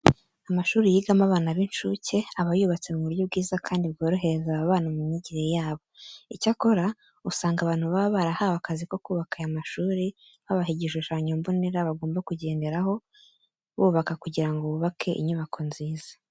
Amashuri yigamo abana b'inshuke aba yubatse mu buryo bwiza kandi bworohereza aba bana mu myigire yabo. Icyakora, usanga abantu baba barahawe akazi ko kubaka aya mashuri, babaha igishushanyo mbonera bagomba kugenderaho bubaka kugira ngo bubake inyubako nziza.